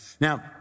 Now